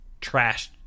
trashed